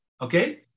okay